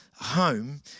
home